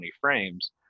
frames